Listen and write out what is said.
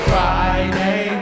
Friday